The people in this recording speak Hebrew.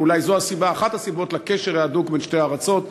ואולי זו אחת הסיבות לקשר ההדוק בין שתי הארצות.